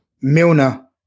Milner